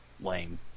lame